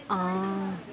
ah